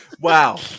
Wow